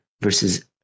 versus